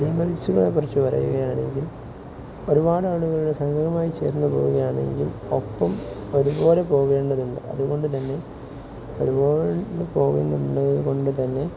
വിമന്സിനെക്കുറിച്ചു പറയുകയാണെങ്കിൽ ഒരുപാട് ആളുകളെ സംഘമായി ചേർന്നു പോവുകയാണെങ്കിൽ ഒപ്പം ഒരുപോലെ പോകേണ്ടതുണ്ട് അതുകൊണ്ടു തന്നെ ഒരുപാടു പോകേണ്ടുന്നതു കൊണ്ടു തന്നെ